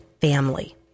family